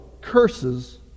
curses